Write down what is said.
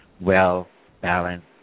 well-balanced